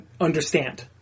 understand